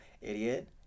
idiot